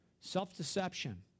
Self-deception